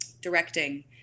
directing